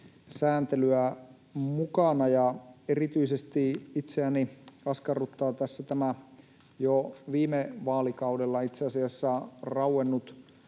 sääntelyä mukana. Erityisesti itseäni askarruttaa tässä itse asiassa jo viime vaalikaudella rauennut,